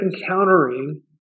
encountering